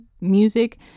music